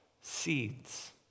seeds